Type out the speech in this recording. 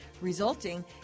resulting